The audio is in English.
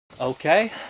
Okay